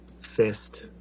fist